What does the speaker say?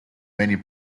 many